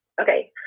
Okay